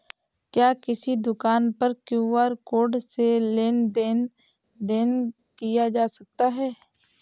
क्या किसी दुकान पर क्यू.आर कोड से लेन देन देन किया जा सकता है?